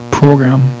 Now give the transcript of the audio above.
program